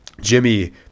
Jimmy